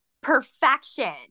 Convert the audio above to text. perfection